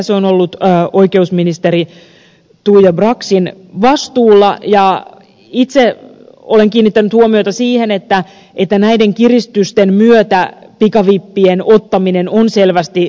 se on ollut oikeusministeri tuija braxin vastuulla ja itse olen kiinnittänyt huomiota siihen että näiden kiristysten myötä pikavippien ottaminen on selvästi laskenut